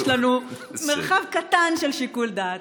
יש לנו מרחב קטן של שיקול דעת.